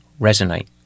resonate